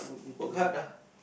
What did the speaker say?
work hard lah